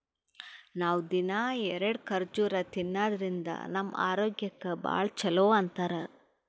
ನಾವ್ ದಿನ್ನಾ ಎರಡ ಖರ್ಜುರ್ ತಿನ್ನಾದ್ರಿನ್ದ ನಮ್ ಆರೋಗ್ಯಕ್ ಭಾಳ್ ಛಲೋ ಅಂತಾರ್